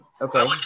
Okay